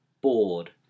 Bored